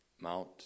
Mount